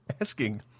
asking